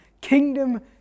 kingdom